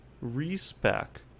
respec